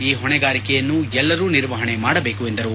ಈ ಹೊಣೆಗಾರಿಕೆಯನ್ನು ಎಲ್ಲರೂ ನಿರ್ವಹಣೆ ಮಾಡಬೇಕು ಎಂದರು